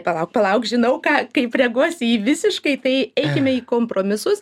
palauk palauk žinau ką kaip reaguosi į visiškai tai eikime į kompromisus